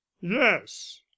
yes